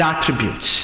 attributes